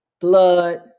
blood